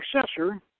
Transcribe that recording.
successor